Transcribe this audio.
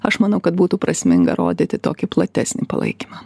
aš manau kad būtų prasminga rodyti tokį platesnį palaikymą